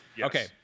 Okay